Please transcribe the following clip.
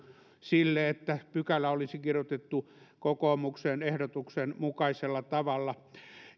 sille että pykälä olisi kirjoitettu kokoomuksen ehdotuksen mukaisella tavalla